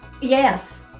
Yes